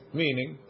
meaning